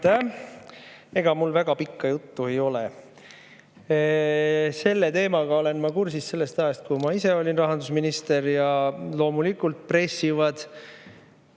Ega mul väga pikka juttu ei ole. Selle teemaga olen ma kursis sellest ajast, kui ma ise olin rahandusminister. Loomulikult pressivad